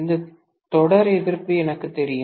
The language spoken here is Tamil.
இந்த தொடர் எதிர்ப்பு எனக்குத் தெரியும்